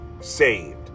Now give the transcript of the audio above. saved